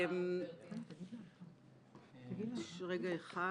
אני רוצה לומר משפט אחד.